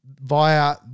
via